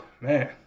man